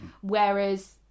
Whereas